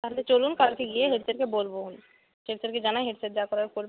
তালে চলুন কালকে গিয়ে হেড স্যারকে বলবো হেড স্যারকে জানাই হেড স্যার যা করার করবেন